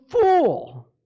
fool